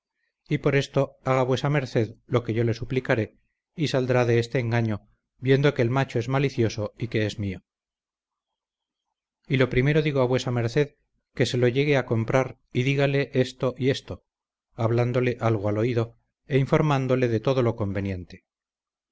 y por esto haga vuesa merced lo que yo le suplicaré y saldrá de este engaño viendo que el macho es malicioso y que es mío y lo primero digo a vuesa merced que se lo llegue a comprar y dígale esto y esto hablándole algo al oído e infomándole de todo lo conveniente